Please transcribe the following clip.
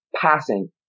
passing